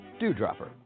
Dewdropper